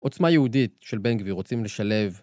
עוצמה יהודית של בן-גביר רוצים לשלב.